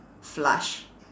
flush